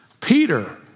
Peter